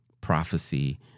prophecy